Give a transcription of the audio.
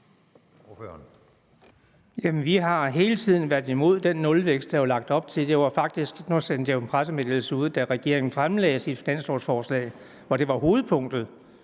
vi har hele tiden været imod den nulvækst, der var lagt op til. Nu sendte jeg jo en pressemeddelelse ud, da regeringen fremlagde sit finanslovforslag, hvor det var hovedpunktet,